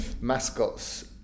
mascots